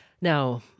Now